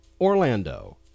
Orlando